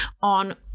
on